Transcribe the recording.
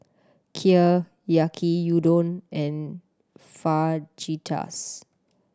Kheer Yaki Udon and Fajitas